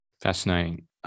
Fascinating